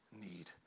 need